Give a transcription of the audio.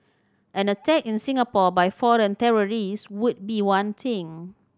an attack in Singapore by foreign terrorists would be one thing